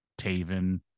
Taven